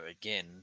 again